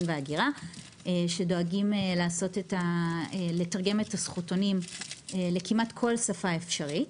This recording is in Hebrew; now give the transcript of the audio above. וההגירה שדואגים לתרגם את הזכותונים כמעט לכל שפה אפשרית,